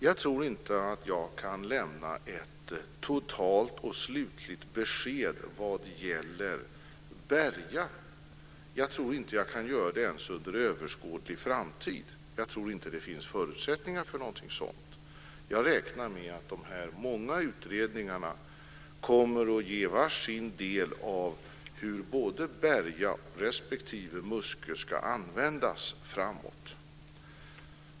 Jag tror inte att jag kan lämna ett totalt och slutligt besked vad gäller Berga. Jag tror inte att jag kan göra det ens under överskådlig framtid. Jag tror inte att det finns förutsättningar för någonting sådant. Jag räknar med att de här många utredningarna kommer att ge var sin del i hur Berga respektive Muskö ska användas framåt.